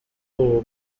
uwo